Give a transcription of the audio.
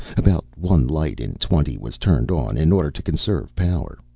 about one light in twenty was turned on, in order to conserve power.